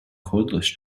cordless